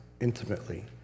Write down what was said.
intimately